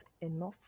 enough